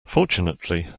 fortunately